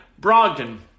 Brogdon